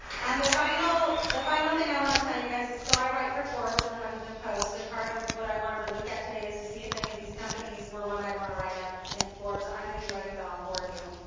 and the final the final thing i want to tell you guys is, so i write for forbes and the huffington post, and part of what i wanted to look at today is to see if any of these companies were one i would want to write up in forbes and i'm going be writing about all four of you,